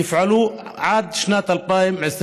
יופעל עד שנת 2025,